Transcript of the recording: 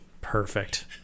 Perfect